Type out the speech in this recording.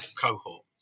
cohort